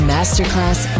Masterclass